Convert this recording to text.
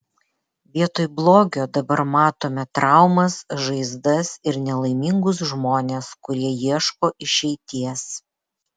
vietoj blogio dabar matome traumas žaizdas ir nelaimingus žmones kurie ieško išeities